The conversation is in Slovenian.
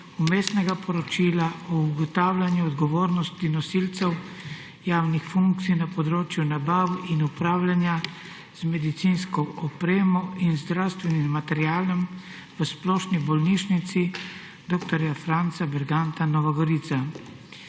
Vmesno poročilo o ugotavljanju odgovornosti nosilcev javnih funkcij na področju nabav in upravljanja z medicinsko opremo in zdravstvenim materialom v Splošni bolnišnici dr. Franca Derganca Nova Gorica